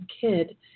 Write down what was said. kid